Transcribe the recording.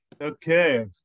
Okay